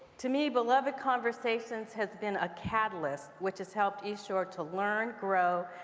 to me, beloved conversations has been a catalyst which has helped east shore to learn, grow,